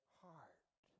heart